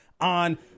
on